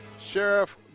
Sheriff